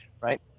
Right